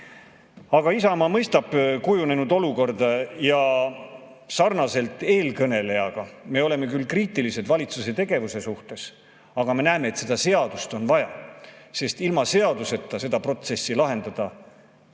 ole. Aga Isamaa mõistab kujunenud olukorda ja sarnaselt eelkõnelejaga me oleme küll kriitilised valitsuse tegevuse suhtes, aga me näeme, et seda seadust on vaja, sest ilma seaduseta seda protsessi lahendada